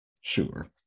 sure